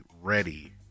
ready